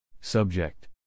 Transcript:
Subject